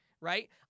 Right